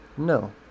No